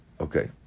okay